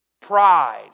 Pride